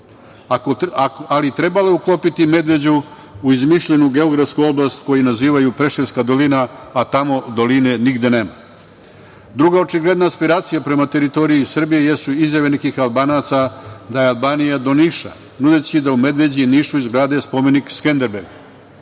Ali, trebalo je uklopiti Medveđu u izmišljenu geografsku oblast koju nazivaju preševska dolina, a tamo doline nigde nema. Druga očigledna aspiracija prema teritoriji Srbije jesu izjave nekih Albanaca da je Albanija do Niša, nudeći da u Medveđi i Nišu izgrade spomenik Skenderbegu. Još